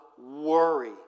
worry